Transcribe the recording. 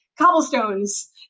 cobblestones